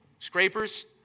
Scrapers